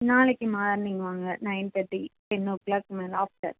நாளைக்கு மார்னிங் வாங்க nine thirty ten o'clock மேலே ஆஃப்டர்